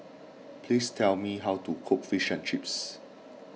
please tell me how to cook Fish and Chips